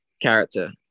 character